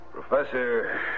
Professor